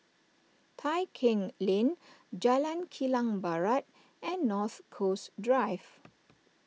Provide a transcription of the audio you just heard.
Tai Keng Lane Jalan Kilang Barat and North Coast Drive